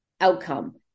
outcome